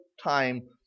time